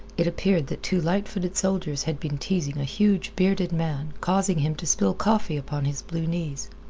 it appeared that two light-footed soldiers had been teasing a huge, bearded man, causing him to spill coffee upon his blue knees.